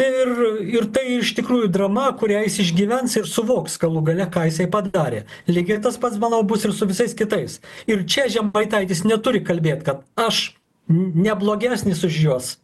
ir ir tai iš tikrųjų drama kurią jis išgyvens ir suvoks galų gale ką jisai padarė lygiai tas pats manau bus ir su visais kitais ir čia žemaitaitis neturi kalbėt kad aš n ne blogesnis už juos